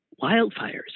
wildfires